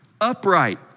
Upright